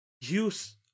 use